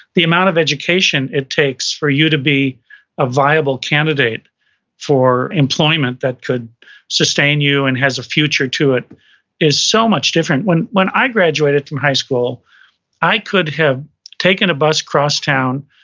the amount of education it takes for you to be a viable candidate for employment that could sustain you and has a future to it is so much different. when when i graduated from high school i could have taken a bus across town,